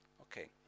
Okay